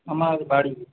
আমার বাড়ি